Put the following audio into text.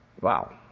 Wow